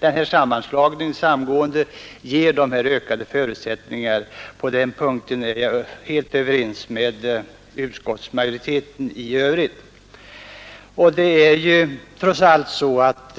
Denna sammanslagning ger ökade förutsättningar för detta: på den punkten är jag helt överens med utskottsmajoriteten i övrigt. Det är ju trots allt så —